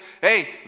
hey